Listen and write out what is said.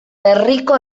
berriko